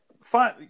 fine